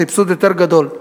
סבסוד גדול יותר.